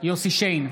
יוסף שיין,